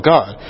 God